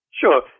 Sure